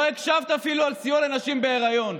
לא הקשבת אפילו על סיוע לנשים בהיריון.